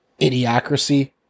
idiocracy